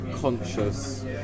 conscious